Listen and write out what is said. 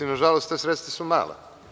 Nažalost, ta sredstva su mala.